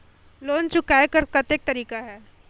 Loan चुकाय कर कतेक तरीका है?